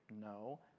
No